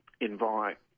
invite